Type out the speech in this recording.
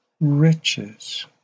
riches